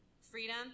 Freedom